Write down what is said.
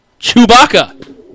Chewbacca